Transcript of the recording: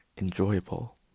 enjoyable